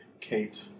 Kate